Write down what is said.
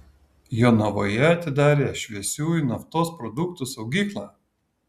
jonavoje atidarė šviesiųjų naftos produktų saugyklą